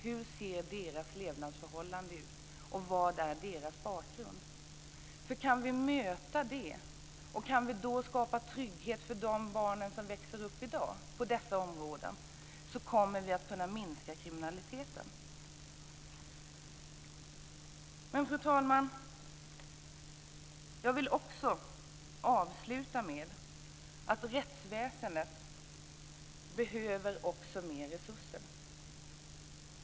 Hur ser deras levnadsförhållanden ut? Hur ser deras bakgrund ut? Om vi kan möta det och skapa trygghet på dessa områden för de barn som växer upp i dag, kommer vi att kunna minska kriminaliteten. Fru talman! Jag vill avsluta med att säga att rättsväsendet också behöver mer resurser.